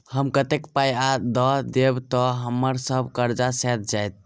हम कतेक पाई आ दऽ देब तऽ हम्मर सब कर्जा सैध जाइत?